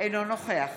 אינו נוכח